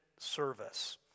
service